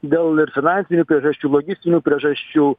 dėl ir finansinių priežasčių logistinių priežasčių